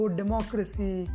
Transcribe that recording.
democracy